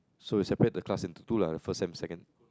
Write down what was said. so we separate the class into two lah the first and the second